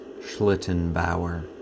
Schlittenbauer